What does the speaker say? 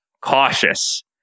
cautious